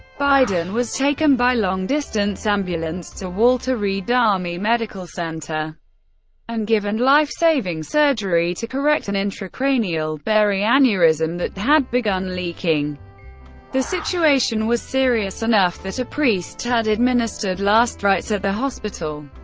biden was taken by long-distance ambulance to walter reed army medical center and given lifesaving surgery to correct an intracranial berry aneurysm that had begun leaking the situation was serious enough that a priest had administered last rites at the hospital.